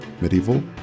medieval